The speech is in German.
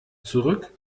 zurück